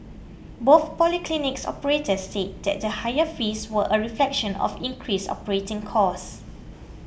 both polyclinics operators said that higher fees were a reflection of increased operating costs